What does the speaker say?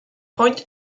point